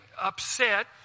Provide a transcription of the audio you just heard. upset